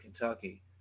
Kentucky